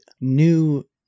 new